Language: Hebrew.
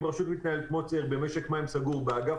אם רשות מתנהלת כמו שצריך במשק מים סגור באגף